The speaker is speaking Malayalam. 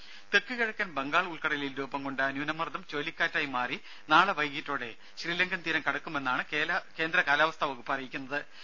രും തെക്കുകിഴക്കൻ ബംഗാൾ ഉൾക്കടലിൽ രൂപംകൊണ്ട ന്യൂനമർദ്ദം ചുഴലിക്കാറ്റായി മാറി നാളെ വൈകീട്ടോടെ ശ്രീലങ്കൻ തീരം കടക്കുമെന്ന് കേന്ദ്ര കാലാവസ്ഥാ വകുപ്പ് അറിയിച്ചു